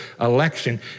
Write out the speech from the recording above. election